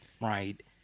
right